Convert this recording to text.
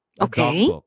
Okay